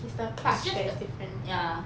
it's the clutch that is different